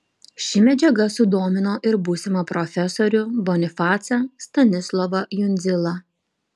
ši medžiaga sudomino ir būsimą profesorių bonifacą stanislovą jundzilą